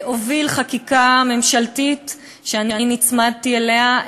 הוביל חקיקה ממשלתית שאני נצמדתי אליה,